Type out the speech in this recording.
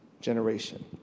generation